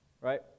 right